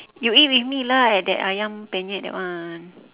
you eat with me lah at that ayam-penyet that one